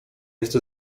jest